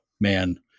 man